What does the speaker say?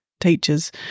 teachers